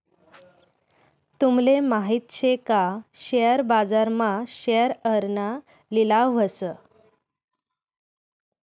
तूमले माहित शे का शेअर बाजार मा शेअरना लिलाव व्हस